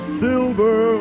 silver